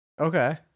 Okay